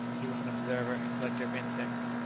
he was an observer and collector of insects,